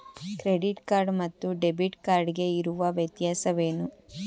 Credit card ಮತ್ತು debit card ಗೆ ಇರುವ ವ್ಯತ್ಯಾಸವೇನು?